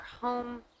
home